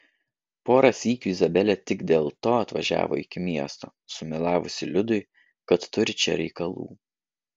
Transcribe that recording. porą sykių izabelė tik dėl to atvažiavo iki miesto sumelavusi liudui kad turi čia reikalų